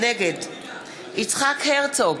נגד יצחק הרצוג,